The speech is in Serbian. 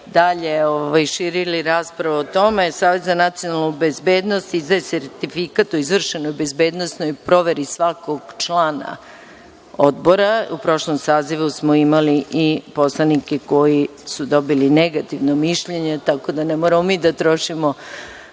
dalje širili raspravu o tome, Savez za nacionalnu bezbednost izdaje sertifikat o izvršenoj bezbednosnoj proveri svakog člana odbora. U prošlom sazivu smo imali i poslanike koji su dobile negativno mišljenje, tako da ne moramo mi da trošimo